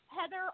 Heather